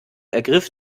ergriff